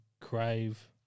Crave